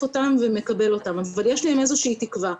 אותם ומי שמקבל אותם אבל יש להם איזו שהיא תקווה,